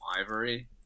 Ivory